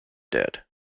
dead